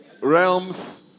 realms